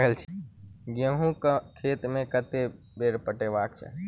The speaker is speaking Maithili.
गहुंमक खेत केँ कतेक बेर पटेबाक चाहि?